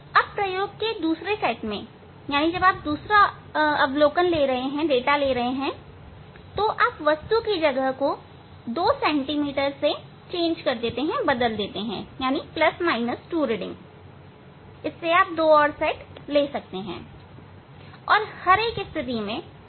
अब प्रयोग के दूसरे सेट में आप वस्तु की जगह को 2 cm से बदल देते हैं या 2 cmरीडिंग के दो और सेट आप ले सकते हैं